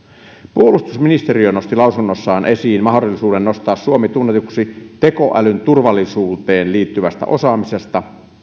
puolustusministeriö nosti lausunnossaan esiin mahdollisuuden nostaa suomi tunnetuksi tekoälyn turvallisuuteen liittyvästä osaamisesta